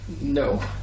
No